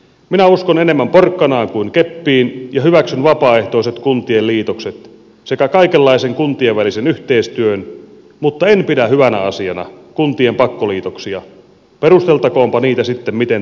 minä uskon enemmän porkkanaan kuin keppiin ja hyväksyn vapaaehtoiset kuntien liitokset sekä kaikenlaisen kuntien välisen yhteistyön mutta en pidä hyvänä asiana kuntien pakkoliitoksia perusteltakoonpa niitä sitten miten tahansa